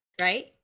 right